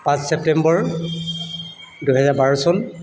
পাঁচ ছেপ্তেম্বৰ দুহেজাৰ বাৰ চন